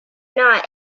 not